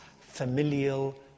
familial